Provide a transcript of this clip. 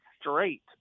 straight